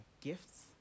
gifts